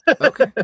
Okay